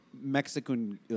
Mexican